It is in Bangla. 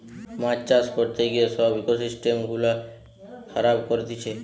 মাছ চাষ করতে গিয়ে সব ইকোসিস্টেম গুলা খারাব করতিছে